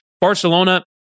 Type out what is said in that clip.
Barcelona